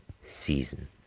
season